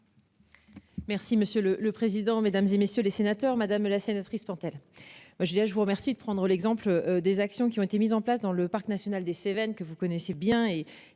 Merci monsieur le le président, mesdames, et messieurs les sénateurs, madame la sénatrice Pentel moi je dire je vous remercie de prendre l'exemple des actions qui ont été mises en place dans le parc national des Cévennes que vous connaissez bien